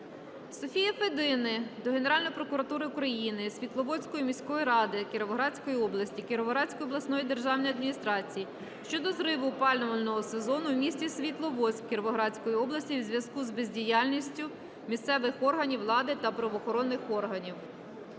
Софії Федини до Генеральної прокуратури України, Світловодської міської ради Кіровоградської області, Кіровоградської обласної державної адміністрації щодо зриву опалювального сезону в місті Світловодськ Кіровоградської області у зв'язку з бездіяльністю місцевих органів влади та правоохоронних органів.